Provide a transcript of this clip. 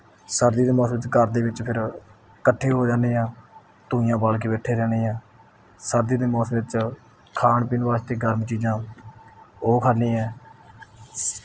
ਸਰਦੀ ਦੇ ਮੌਸਮ 'ਚ ਘਰ ਦੇ ਵਿੱਚ ਫਿਰ ਇਕੱਠੇ ਹੋ ਜਾਂਦੇ ਹਾਂ ਧੂੰਣੀਆਂ ਬਾਲ ਕੇ ਬੈਠੇ ਰਹਿੰਦੇ ਹਾਂ ਸਰਦੀ ਦੇ ਮੌਸਮ ਵਿੱਚ ਖਾਣ ਪੀਣ ਵਾਸਤੇ ਗਰਮ ਚੀਜ਼ਾਂ ਉਹ ਖਾਂਦੇ ਹਾਂ